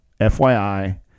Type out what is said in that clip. FYI